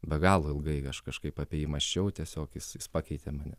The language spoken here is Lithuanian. be galo ilgai aš kažkaip apie jį mąsčiau tiesiog jis pakeitė mane